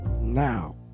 now